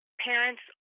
parents